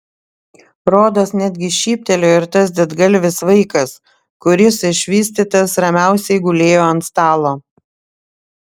rodos netgi šyptelėjo ir tas didgalvis vaikas kuris išvystytas ramiausiai gulėjo ant stalo